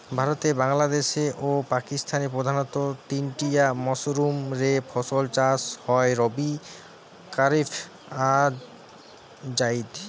ভারতে, বাংলাদেশে ও পাকিস্তানে প্রধানতঃ তিনটিয়া মরসুম রে ফসল চাষ হয় রবি, কারিফ আর জাইদ